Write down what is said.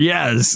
Yes